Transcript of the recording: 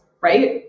right